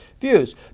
views